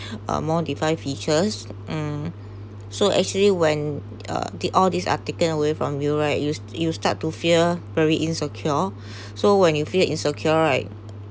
uh more defined features mm so actually when uh the all these are taken away from you right you you start to feel very insecure so when you feel insecure right